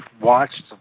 watched